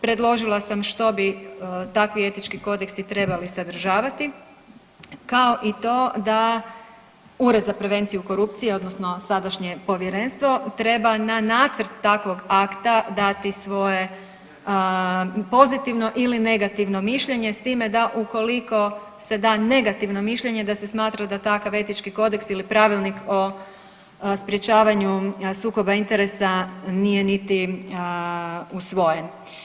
Predložila sam što bi takvi etički kodeksi trebali sadržavati kao i to da Ured za prevenciju korupcije odnosno sadašnje povjerenstvo treba na nacrt takvog akta dati svoje pozitivno ili negativno mišljenje s time da ukoliko se da negativno mišljenje da se smatra da takav etički kodeks ili pravilnik o sprječavanju sukoba interesa nije niti usvojen.